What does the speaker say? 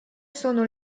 sono